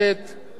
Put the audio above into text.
מקיר אל קיר,